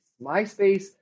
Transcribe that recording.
MySpace